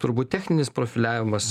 turbūt techninis profiliavimas